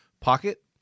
pocket